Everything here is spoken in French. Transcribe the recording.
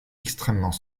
extrêmement